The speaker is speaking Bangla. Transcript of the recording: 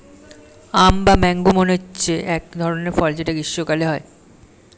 আম বা ম্যাংগো মানে হচ্ছে এক ধরনের ফল যেটা গ্রীস্মকালে হয়